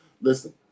listen